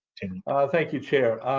ah thank you, chair.